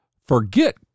forget